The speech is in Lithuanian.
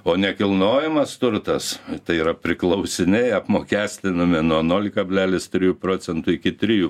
o nekilnojamas turtas tai yra priklausiniai apmokestinami nuo nol kablelis trijų procentų iki trijų